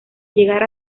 llegar